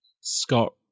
scott